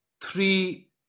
three